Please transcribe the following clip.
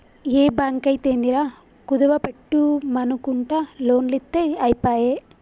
ఏ బాంకైతేందిరా, కుదువ బెట్టుమనకుంట లోన్లిత్తె ఐపాయె